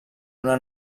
una